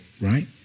right